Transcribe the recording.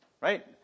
Right